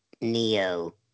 Neo